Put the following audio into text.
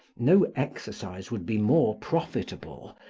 no exercise would be more profitable,